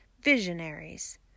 Visionaries